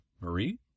Marie